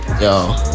yo